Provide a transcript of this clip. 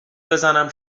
بزنم